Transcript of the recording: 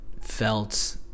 felt